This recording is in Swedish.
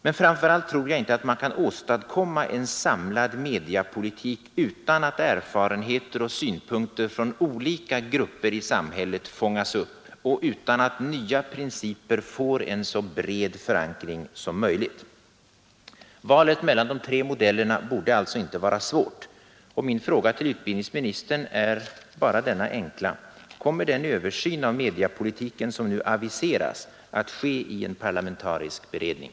Men framför allt tror jag inte att man kan åstadkomma en samlad mediapolitik utan att erfarenheter och synpunkter från olika grupper i samhället fångas upp och utan att nya principer får en så bred förankring som möjligt. Valet mellan de tre modellerna borde alltså inte vara svårt, och min fråga till utbildningsministern är bara denna: Kommer den översyn av mediapolitiken som nu aviseras att ske i en parlamentarisk beredning?